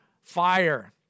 fire